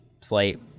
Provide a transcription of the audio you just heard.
slate